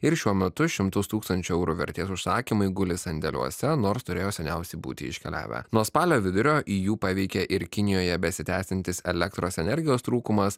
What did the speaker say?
ir šiuo metu šimtus tūksančių eurų vertės užsakymai guli sandėliuose nors turėjo seniausiai būti iškeliavę nuo spalio vidurio iju paveikė ir kinijoje besitęsiantis elektros energijos trūkumas